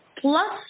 Plus